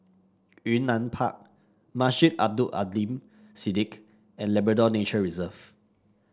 Yunnan Park Masjid Abdul Aleem Siddique and Labrador Nature Reserve